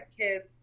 kids